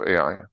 AI